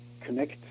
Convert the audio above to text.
connect